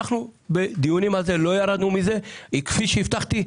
אנחנו בדיונים לא ירדנו מזה וכפי שהבטחתי,